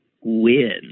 win